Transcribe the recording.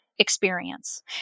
experience